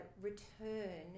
return